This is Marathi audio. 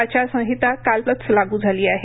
आचारसंहिता कालच लागू झाली आहे